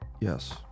Yes